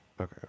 okay